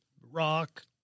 rock